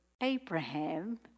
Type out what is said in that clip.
Abraham